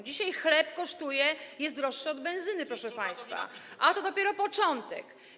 Dzisiaj chleb jest droższy od benzyny, proszę państwa, a to dopiero początek.